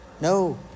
no